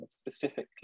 specifically